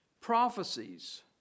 prophecies